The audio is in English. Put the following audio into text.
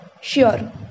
sure